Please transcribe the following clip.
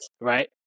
Right